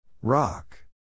Rock